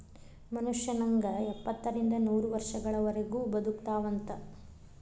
ಮನುಷ್ಯ ನಂಗ ಎಪ್ಪತ್ತರಿಂದ ನೂರ ವರ್ಷಗಳವರಗು ಬದಕತಾವಂತ